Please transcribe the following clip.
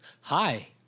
Hi